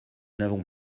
n’avons